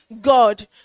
God